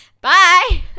Bye